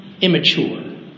Immature